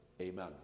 amen